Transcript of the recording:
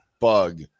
bug